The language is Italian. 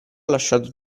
lasciato